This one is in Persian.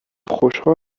خوشحال